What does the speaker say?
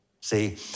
See